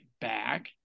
back